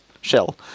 shell